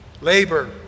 labor